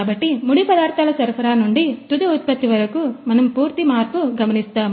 కాబట్టి ముడి పదార్థాల సరఫరా నుండి తుది ఉత్పత్తి వరకు మనము పూర్తి మార్పు గమనిస్తాము